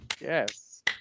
yes